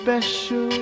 Special